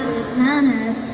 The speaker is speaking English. manners